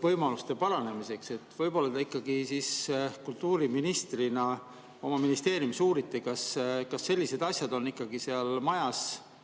võimaluste parandamisest. Võib-olla te ikkagi kultuuriministrina oma ministeeriumis uurite, kas selliseid asju on seal majas